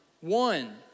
one